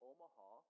Omaha